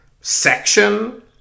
section